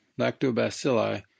lactobacilli